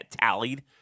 tallied